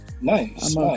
nice